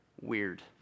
weird